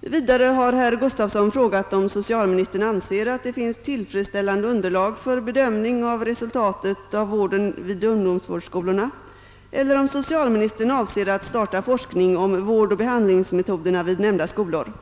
Vidare har herr Gustavsson frågat om socialministern anser att det finns tillfredsställande underlag för bedömning av resultatet av vården vid ungdomsvårdsskolorna eller om han avser att starta forskning om vårdoch behandlingsmetoderna vid nämnda skolor.